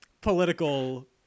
political